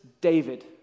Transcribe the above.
David